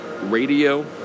Radio